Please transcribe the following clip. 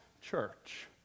church